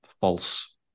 false